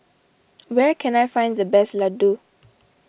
where can I find the best Ladoo